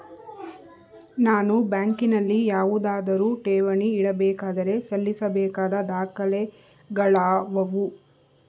ನಾನು ಬ್ಯಾಂಕಿನಲ್ಲಿ ಯಾವುದಾದರು ಠೇವಣಿ ಇಡಬೇಕಾದರೆ ಸಲ್ಲಿಸಬೇಕಾದ ದಾಖಲೆಗಳಾವವು?